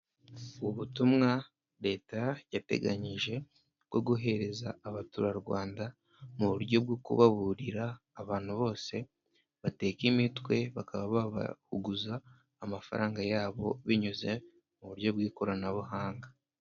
Ubutumwa leta yateganyije bwo kohereza abaturarwanda mu buryo bwo kubaburira, abantu bose bateka imitwe bakaba babahuguguza amafaranga yabo, binyuze mu buryo bw'ikoranabuhanga.